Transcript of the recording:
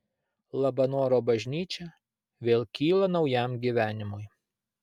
labanoro bažnyčia vėl kyla naujam gyvenimui